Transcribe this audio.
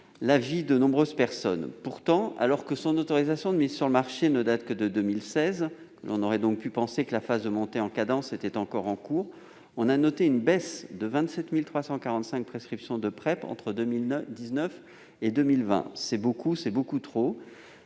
la vie de nombreuses personnes. Pourtant, alors que son autorisation de mise sur le marché, ou AMM, ne date que de 2016, et que l'on aurait donc pu penser que la phase de montée en puissance était encore en cours, on a noté une baisse de 27 345 prescriptions de PrEP entre 2019 et 2020. C'est beaucoup trop.